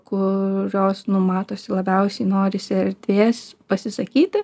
kurios nu matosi labiausiai norisi erdvės pasisakyti